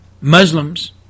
Muslims